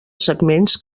segments